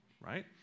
right